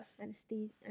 anesthesia